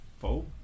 four